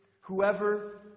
Whoever